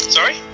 Sorry